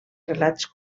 relats